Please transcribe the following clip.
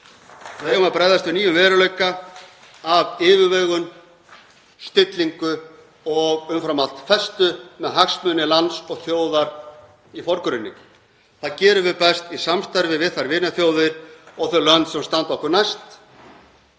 Við eigum að bregðast við nýjum veruleika af yfirvegun, stillingu og umfram allt festu með hagsmuni lands og þjóðar í forgrunni. Það gerum við best í samstarfi við þær vinaþjóðir og þau lönd sem standa okkur næst.